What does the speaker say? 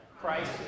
Christ